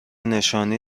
نشانی